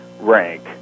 rank